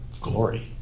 glory